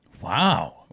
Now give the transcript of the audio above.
Wow